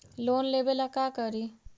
Loan लेबे ला का करि?